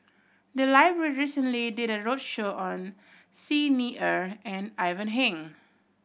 the library recently did a roadshow on Xi Ni Er and Ivan Heng